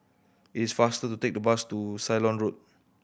it's faster to take bus to Ceylon Road